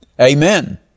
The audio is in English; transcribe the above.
Amen